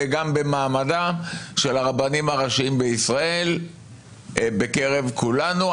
וגם במעמדם של הרבנים הראשיים לישראל בקרב כולנו.